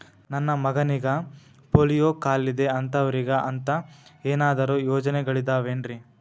ನನ್ನ ಮಗನಿಗ ಪೋಲಿಯೋ ಕಾಲಿದೆ ಅಂತವರಿಗ ಅಂತ ಏನಾದರೂ ಯೋಜನೆಗಳಿದಾವೇನ್ರಿ?